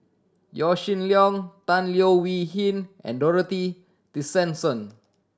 Yaw Shin Leong Tan Leo Wee Hin and Dorothy Tessensohn